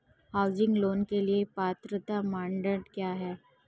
Housing loan के लिए पात्रता मानदंड क्या हैं?